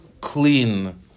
clean